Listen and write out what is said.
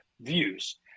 views